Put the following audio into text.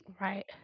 Right